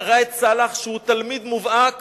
ראאד סלאח, שהוא תלמיד מובהק